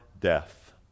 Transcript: death